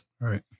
Right